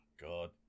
god